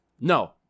No